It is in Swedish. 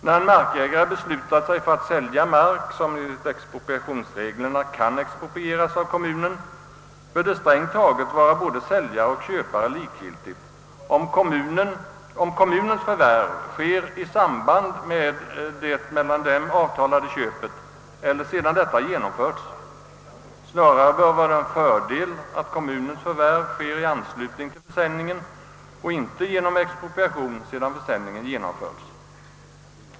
När en markägare beslutat sig för att sälja mark som enligt expropriationsreglerna kan exproprieras av kommunen bör det strängt taget vara både säljare och köpare likgiltigt om kommunens förvärv sker i samband med det mellan dem avtalade köpet eller sedan detta gjorts. Snarare bör det vara en fördel att kommunernas förvärv sker i anslutning till försäljningen och inte genom expropriation sedan försäljningen skett.